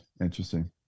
Interesting